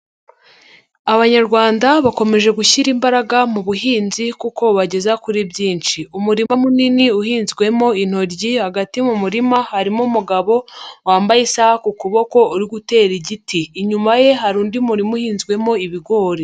Abanyarwanda bakomeje gushyira imbaraga mu buhinzi kuko bubageza kuri byinshi. Umurima munini uhinzwemo intoryi, hagati mu murima harimo umugabo wambaye isaha ku kuboko uri gutera igiti. Inyuma ye hari undi murima uhinzwemo ibigori.